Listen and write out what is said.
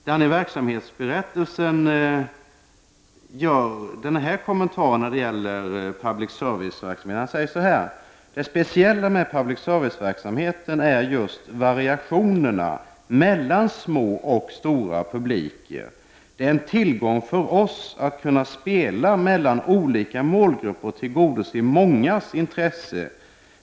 Han gör där följande kommentar när det gäller public service-verksamheten: ”Det speciella med public service-verksamheten är just variationerna mellan små och stora publiker. Det är en tillgång för oss att kunna spela mellan olika målgrupper och tillgodose mångas intressen.